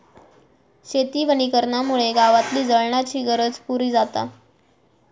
शेती वनीकरणामुळे गावातली जळणाची गरज पुरी जाता